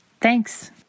Thanks